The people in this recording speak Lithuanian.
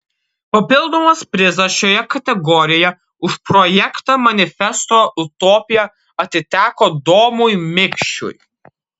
papildomas prizas šioje kategorijoje už projektą manifesto utopija atiteko domui mikšiui